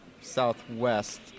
southwest